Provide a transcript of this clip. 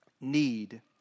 need